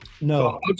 No